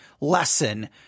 lesson